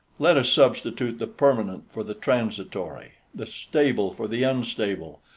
let us substitute the permanent for the transitory, the stable for the unstable,